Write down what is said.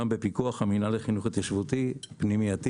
כולם בפיקוח המינהל לחינוך התיישבותי פנימייתי